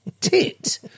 tit